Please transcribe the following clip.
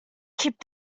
keep